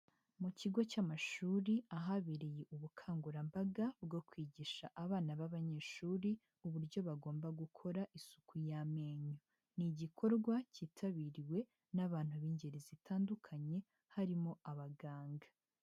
Mu kigo cy'amashuri ahabereye ubukangurambaga bwokwigisha abana b'abanyeshuri uburyo bagomba gukora isuku y'amenyo, ni igikorwa cyitabiriwe n'abantu b'ingeri zitandukanye harimo abaganga.